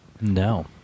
No